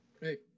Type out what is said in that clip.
Hey